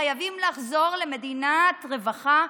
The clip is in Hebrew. חייבים לחזור למדינת רווחה,